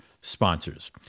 Sponsors